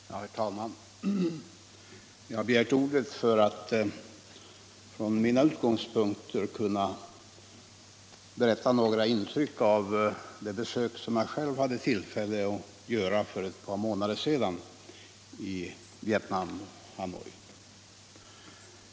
Herr talman! Jag har begärt ordet för att från mina utgångspunkter berätta om några intryck av det besök som jag själv hade tillfälle att göra för ett par månader sedan i Hanoi i Vietnam.